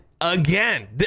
again